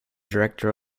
director